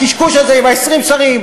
הקשקוש הזה עם 20 השרים.